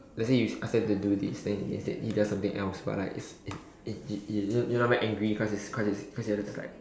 let's say you ask them to do this then let's say then they does something else but like is is you you you're not even angry cause it's cause it's cause you're just like